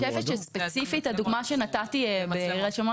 ספציפית, הדוגמה שנתתי נוגעת